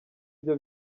byo